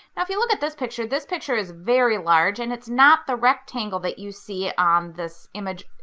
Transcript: now if you look at this picture, this picture is very large and it's not the rectangle that you see on this image.